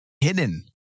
hidden